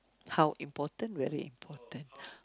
how important really important